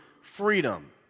freedom